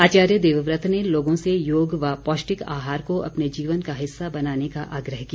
आचार्य देवव्रत ने लोगों से योग व पौष्टिक आहार को अपने जीवन का हिस्सा बनाने का आग्रह किया